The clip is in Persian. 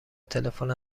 تلفن